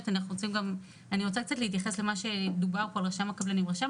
אני רוצה להתייחס על מה שדובר על רשם הקבלנים.